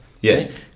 yes